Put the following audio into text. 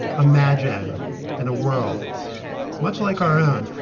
imagine in a world much like our own.